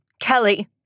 Kelly